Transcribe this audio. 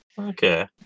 Okay